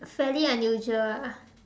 fairly unusual ah